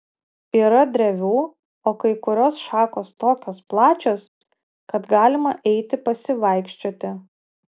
yra drevių o kai kurios šakos tokios plačios kad galima eiti pasivaikščioti